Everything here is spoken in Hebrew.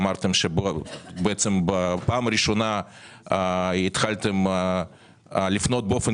אמרתם בפעם הראשונה התחלתם לפנות באופן